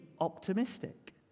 optimistic